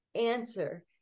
answer